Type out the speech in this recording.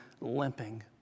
limping